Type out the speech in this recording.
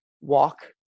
walk